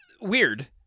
Weird